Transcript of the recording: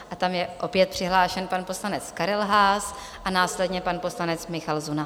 A tam je opět přihlášen pan poslanec Karel Haas a následně pan poslanec Michal Zuna.